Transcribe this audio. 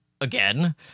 again